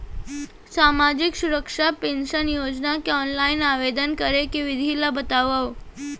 सामाजिक सुरक्षा पेंशन योजना के ऑनलाइन आवेदन करे के विधि ला बतावव